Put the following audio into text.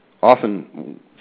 Often